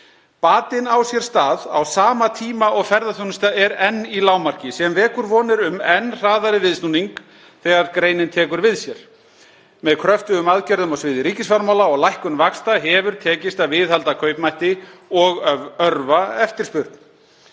Batinn á sér stað á sama tíma og ferðaþjónustan er enn í lágmarki, sem vekur vonir um enn hraðari viðsnúning þegar greinin tekur við sér. Með kröftugum aðgerðum á sviði ríkisfjármála og lækkun vaxta hefur tekist að viðhalda kaupmætti og örva eftirspurn.